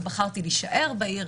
אבל בחרתי להישאר בעיר,